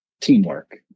teamwork